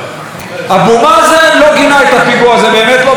והאם ראש הממשלה גינה את הפיגוע שהיה ביום שישי בערב,